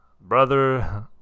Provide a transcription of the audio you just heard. brother